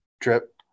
trip